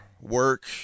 work